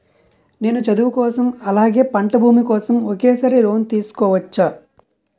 నేను చదువు కోసం అలాగే పంట భూమి కోసం ఒకేసారి లోన్ తీసుకోవచ్చా?